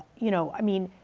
you know, i mean,